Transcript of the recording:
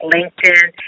LinkedIn